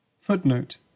Footnote